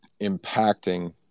impacting